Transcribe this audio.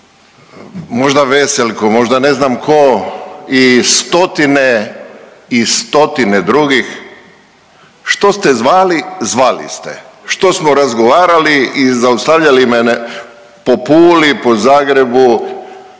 možda Veselko, možda ne znam tko i stotine i stotine drugih što ste zvali, zvali ste, što smo razgovarali i zaustavljali me po Puli, po Zagrebu